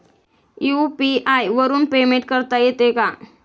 UPI वरून payment करता येते का?